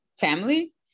family